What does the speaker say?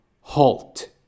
HALT